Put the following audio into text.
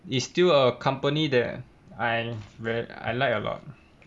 it's still a company that I re~ I like a lot